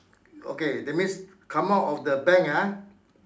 okay that means come out of the bank ah